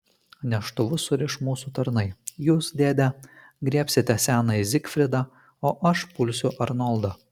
neštuvus suriš mūsų tarnai jūs dėde griebsite senąjį zigfridą o aš pulsiu arnoldą